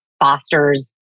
fosters